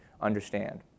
understand